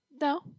No